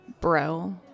bro